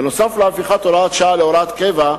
בנוסף להפיכת הוראת השעה להוראת קבע,